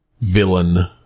villain